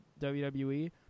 WWE